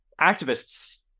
activists